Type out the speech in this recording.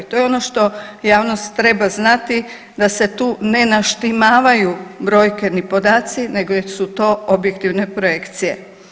To je ono što javnost treba znati da se tu ne naštimavaju brojke ni podaci nego su to objektivne projekcije.